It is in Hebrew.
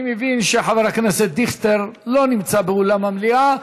אני מבין שחבר הכנסת דיכטר לא נמצא באולם המליאה.